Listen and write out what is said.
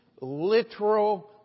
literal